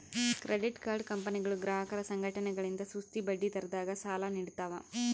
credit card ಕಂಪನಿಗಳು ಗ್ರಾಹಕರ ಸಂಘಟನೆಗಳಿಂದ ಸುಸ್ತಿ ಬಡ್ಡಿದರದಾಗ ಸಾಲ ನೀಡ್ತವ